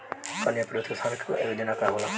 कन्या प्रोत्साहन योजना का होला?